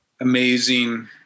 amazing